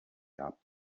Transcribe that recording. gab